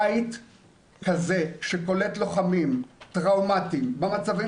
בית כזה שקולט לוחמים טראומטיים במצבים